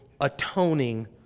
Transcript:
atoning